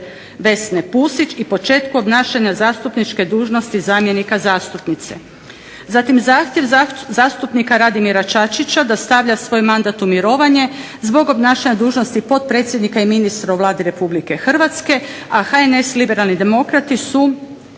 Vesne Pusić i počeku obnašanja zastupničke dužnosti zamjenika zastupnice. Zatim zahtjev zastupnika Radimira Čačića da stavlja svoj mandat u mirovanje zbog obnašanja dužnosti potpredsjednika i ministra u Vladi Republike Hrvatske a HNS Liberalni demokrati su